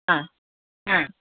ആ ആ